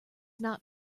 not